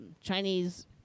Chinese